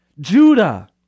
judah